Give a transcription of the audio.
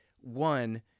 one